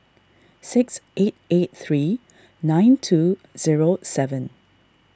six eight eight three nine two zero seven